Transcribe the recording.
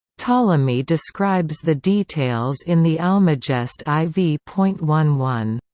ptolemy describes the details in the almagest i v point one one.